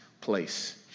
place